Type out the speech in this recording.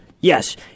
Yes